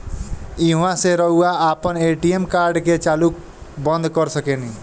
ईहवा से रऊआ आपन ए.टी.एम कार्ड के चालू बंद कर सकेनी